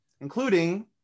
including